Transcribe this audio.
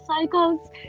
cycles